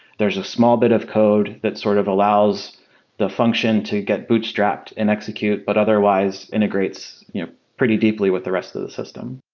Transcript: there's a small bit of code that sort of allows the function to get bootstrapped and execute, but otherwise integrates pretty deeply with the rest of the system.